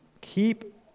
keep